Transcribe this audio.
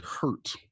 hurt